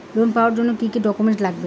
Loan পাওয়ার জন্যে কি কি ডকুমেন্ট লাগবে?